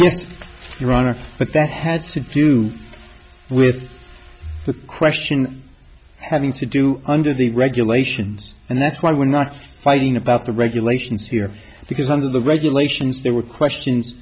honor but that has to do with the question having to do under the regulations and that's why we're not fighting about the regulations here because under the regulations there were